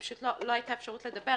פשוט לא הייתה אפשרות לדבר